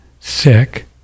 sick